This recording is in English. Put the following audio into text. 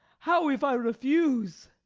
how if i refuse?